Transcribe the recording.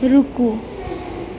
रूकु